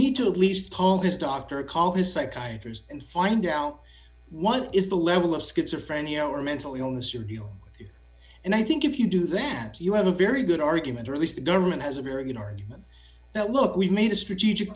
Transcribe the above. need to at least call this doctor call his psychiatrist and find out what is the level of schizophrenia or mental illness are you and i think if you do that you have a very good argument or at least the government has a very good argument that look we've made a strategic